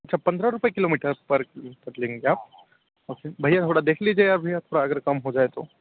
अच्छा पंद्रह रूपए किलोमीटर पर लेंगे आप ओके भइया थोड़ा देख लीजिए अभी अगर थोड़ा कम हो जाए तो